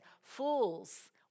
fools